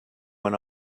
went